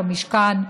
במשכן,